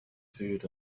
food